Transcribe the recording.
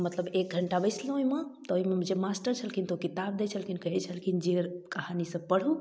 मतलब एक घण्टा बैसलहुँ ओइमे तऽ अइमे जे मास्टर छलखिन तऽ ओ किताब दै छलखिन कहै छलखिन जे कहानी सब पढू